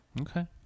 Okay